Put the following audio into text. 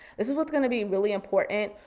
this is what's gonna be really important.